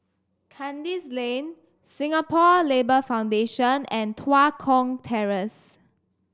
Kandis Lane Singapore Labour Foundation and Tua Kong Terrace